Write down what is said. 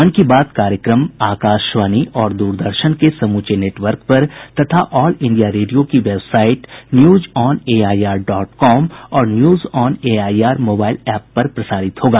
मन की बात कार्यक्रम आकाशवाणी और द्रदर्शन के समूचे नेटवर्क पर तथा ऑल इंडिया रेडियो की website news on AIR dot com और news on AIR mobile app पर प्रसारित होगा